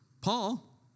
Paul